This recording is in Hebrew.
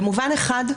במובן אחד,